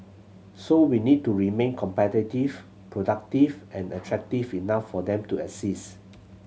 so we need to remain competitive productive and attractive enough for them to exist